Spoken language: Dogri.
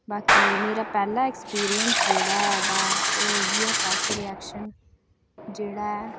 ते बाकी मेरा पैह्ला जेह्ड़ा एक्सपीरियंस जेह्ड़ा ऐ तां ओह् इयै फर्स्ट रीएक्शन जेह्ड़ा ऐ